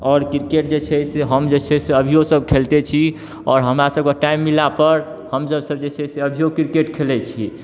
आओर क्रिकेट जे छै से हम जे छै से अभियो सब खेलते छी आओर हमरा सब कऽ टाइम मिलला पर हमसब जे छै से अभियो क्रिकेट खेलैत छी